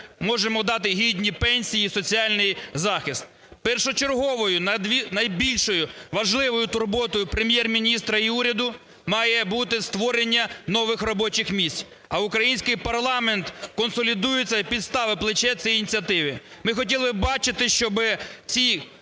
можемо дати гідні пенсії і соціальний захист. Першочерговою, найбільш важливою турботою Прем'єр-міністра і уряду має бути створення нових робочих місць, а український парламент консолідується і підставить плече цій ініціативі. Ми хотіли бачити, щоб ці